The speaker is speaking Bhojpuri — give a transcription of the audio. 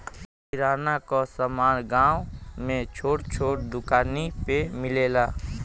किराना क समान गांव में छोट छोट दुकानी पे मिलेला